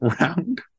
round